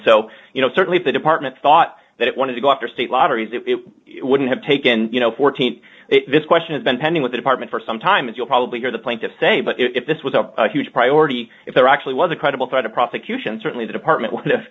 so you know certainly the department thought that it wanted to go after state lotteries it wouldn't have taken you know fourteen this question has been pending with the department for some time as you'll probably hear the plaintiffs say but if this was a huge priority if there actually was a credible threat of prosecution certainly the department